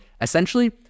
essentially